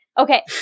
Okay